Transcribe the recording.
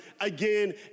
again